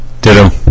Ditto